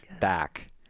back